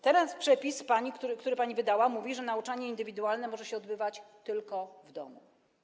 Teraz przepis, który pani wydała, mówi, że nauczanie indywidualne może się odbywać tylko w domu.